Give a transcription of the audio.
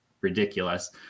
ridiculous